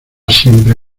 siempre